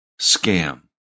scam